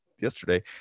yesterday